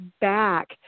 back